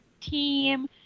team